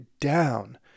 down